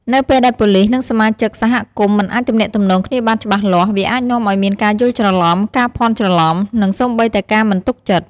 នៅពេលដែលប៉ូលិស និងសមាជិកសហគមន៍មិនអាចទំនាក់ទំនងគ្នាបានច្បាស់លាស់ វាអាចនាំឱ្យមានការយល់ច្រឡំ ការភ័ន្តច្រឡំ និងសូម្បីតែការមិនទុកចិត្ត។